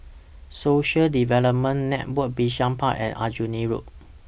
Social Development Network Bishan Park and Aljunied Road